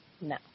No